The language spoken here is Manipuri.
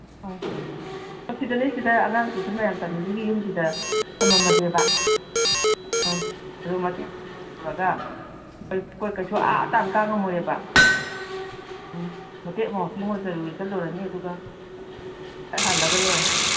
ꯑ ꯑꯣ ꯁꯤꯗꯅꯦ ꯁꯤꯗ ꯑꯉꯥꯡ ꯇꯨꯏꯁꯟ ꯃꯌꯥꯝ ꯇꯝꯃꯤꯁꯤꯒꯤ ꯌꯨꯝꯁꯤꯗ ꯊꯃꯝꯃꯁꯦꯕ ꯑꯧ ꯑꯗꯨ ꯃꯇꯦꯛ ꯑꯩꯈꯣꯏ ꯀꯩꯁꯨ ꯑꯥ ꯇꯥꯟꯅ ꯀꯥꯕ ꯉꯝꯃꯣꯏꯕ ꯎꯝ ꯃꯇꯦꯛ ꯑꯃ ꯋꯥꯀꯤꯡ ꯑꯣꯏ ꯀꯩꯑꯣꯏ ꯆꯠꯂꯨꯔꯅꯤ ꯑꯗꯨꯒ ꯍꯜꯂꯒ ꯂꯣꯏꯔꯦ